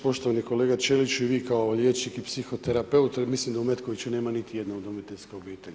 Poštovani kolega Ćelić, vi kao liječnik i psihoterepeut, mislim da u Metkoviću nema niti jedne udomiteljske obitelji.